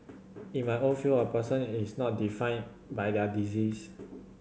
in my own field a person is not defined by their disease